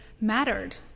mattered